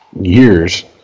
years